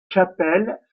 chapelles